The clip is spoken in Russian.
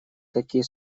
такие